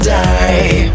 die